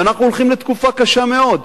ואנחנו הולכים לתקופה קשה מאוד.